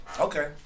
Okay